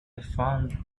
found